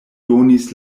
donis